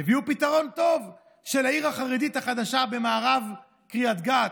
הביאו פתרון טוב של העיר החרדית החדשה במערב קריית גת.